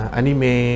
anime